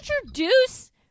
introduce